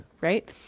right